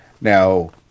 now